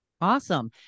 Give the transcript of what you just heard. Awesome